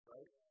Right